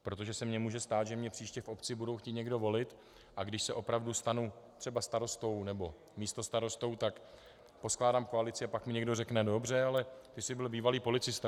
Protože se mně může stát, že mě příště v obci budou chtít někdo volit, a když se opravdu stanu třeba starostou nebo místostarostou, tak poskládám koalici, a pak mi někdo řekne: Dobře, ale ty jsi byl bývalý policista.